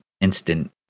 instant